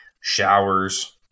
showers